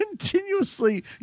Continuously